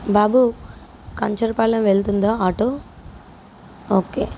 బాబు కంచరపాలెం వెళుతుందా auto okay